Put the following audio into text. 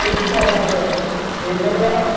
इस प्हाड़ै पर शेर लभदा